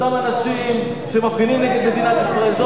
אותם אנשים שמפגינים נגד מדינת ישראל.